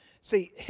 See